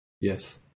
yes